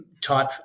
type